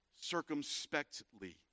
circumspectly